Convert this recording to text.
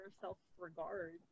self-regard